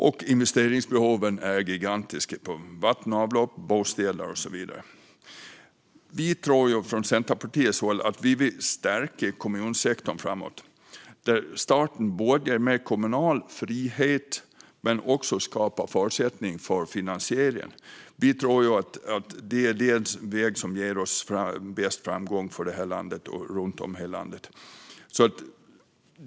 Och investeringsbehoven är gigantiska när det gäller vatten och avlopp, bostäder och så vidare. Från Centerpartiets sida vill vi stärka kommunsektorn framåt. Vi vill att staten ger mer kommunal frihet och även skapar förutsättningar för finansieringen. Vi tror att detta är den väg som ger oss störst framgång runt om i landet.